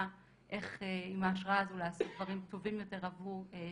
איך עם ההשראה הזאת לעשות דברים טובים יותר עבור שכמותכם.